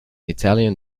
italian